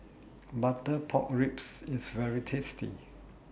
Butter Pork Ribs IS very tasty